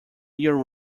year